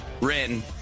Rin